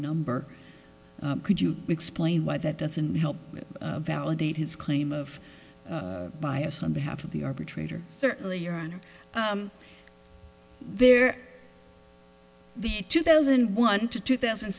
number could you explain why that doesn't help validate his claim of bias on behalf of the arbitrator certainly your honor they're the two thousand one to two thousand